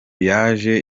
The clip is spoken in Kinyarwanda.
yaje